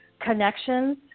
connections